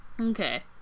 Okay